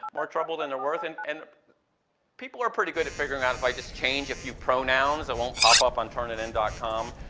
more trouble then their worth and and people are pretty good at figuring out if i just change a few pronouns, it won't pop up on turnitin and com,